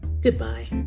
goodbye